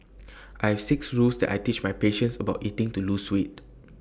I have six rules that I teach my patients about eating to lose weight